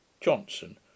johnson